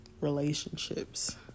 relationships